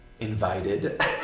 invited